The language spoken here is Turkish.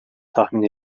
tahmin